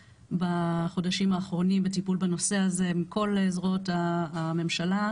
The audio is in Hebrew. בחודשים האחרונים בטיפול בנושא הזה מכל זרועות הממשלה,